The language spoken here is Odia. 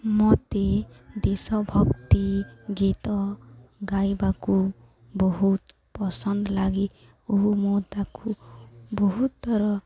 ମୋତେ ଦେଶଭକ୍ତି ଗୀତ ଗାଇବାକୁ ବହୁତ ପସନ୍ଦ ଲାଗେ ଓ ମୁଁ ତାକୁ ବହୁତଥର